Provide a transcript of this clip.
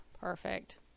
Perfect